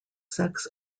sex